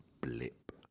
blip